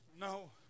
No